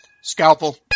Scalpel